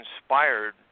inspired